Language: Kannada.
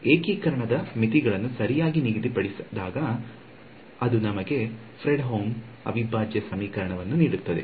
ಏಕೀಕರಣದ ಮಿತಿಗಳನ್ನು ಸರಿಯಾಗಿ ನಿಗದಿಪಡಿಸಿದಾಗ ಅದು ನಮಗೆ ಫ್ರೆಡ್ಹೋಮ್ ಅವಿಭಾಜ್ಯ ಸಮೀಕರಣವನ್ನು ನೀಡುತ್ತದೆ